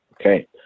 okay